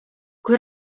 kui